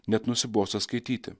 net nusibosta skaityti